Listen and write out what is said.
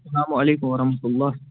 سلام علیکم ورحمتُہ اللہ